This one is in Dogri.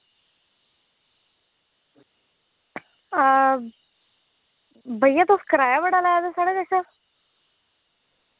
भैया तुस कराया बड़ा लै दे साढ़े कशा